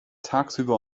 tagsüber